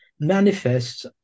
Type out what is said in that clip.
manifests